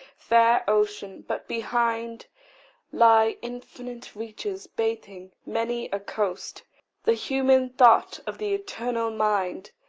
fair ocean but behind lie infinite reaches bathing many a coast the human thought of the eternal mind,